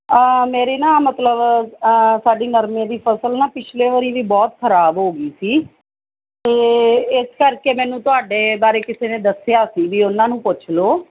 ਮੇਰੀ ਨਾ ਮਤਲਬ ਸਾਡੀ ਨਰਮੇ ਦੀ ਫਸਲ ਨਾ ਪਿਛਲੇ ਵਾਰੀ ਵੀ ਬਹੁਤ ਖਰਾਬ ਹੋ ਗਈ ਸੀ ਤਾਂ ਇਸ ਕਰਕੇ ਮੈਨੂੰ ਤੁਹਾਡੇ ਬਾਰੇ ਕਿਸੇ ਨੇ ਦੱਸਿਆ ਸੀ ਵੀ ਉਹਨਾਂ ਨੂੰ ਪੁੱਛ ਲਓ